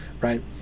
right